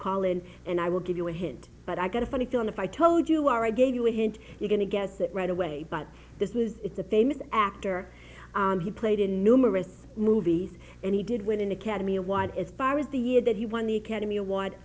collin and i will give you a hint but i got a funny feeling if i told you are i gave you a hint you're going to get that right away but this is it's a famous actor and he played in numerous movies and he did win an academy award as far as the year that he won the academy award